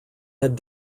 had